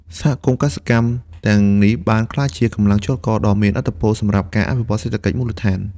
សហគមន៍កសិកម្មទាំងនេះបានក្លាយជាកម្លាំងចលករដ៏មានឥទ្ធិពលសម្រាប់ការអភិវឌ្ឍសេដ្ឋកិច្ចមូលដ្ឋាន។